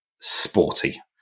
sporty